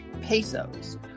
pesos